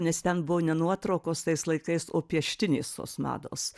nes ten buvo ne nuotraukos tais laikais o pieštinės tos mados